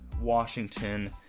Washington